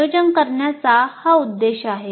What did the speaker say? नियोजन करण्याचा हा उद्देश आहे